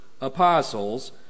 apostles